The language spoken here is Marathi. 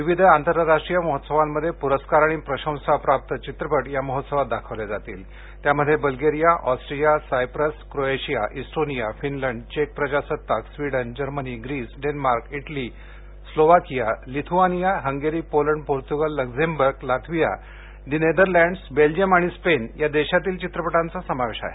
विविध आंतरराष्ट्रीय महोत्सवांमध्ये पुरस्कार आणि प्रशंसाप्राप्त चित्रपट या महोत्सवात दाखवले जातील त्यामध्ये Bulgaria Austria Cyprus Croatia Estonia Finland चेक प्रजासत्ताक Sweden Germany Greece Denmark Italy Slovakia Lithuania Hungary Poland Portugal Luxembourg Latvia the Netherlands Belgium आणि स्पेन या देशातील चित्रपटांचा समावेश आहे